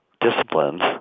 disciplines